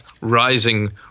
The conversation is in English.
rising